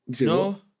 No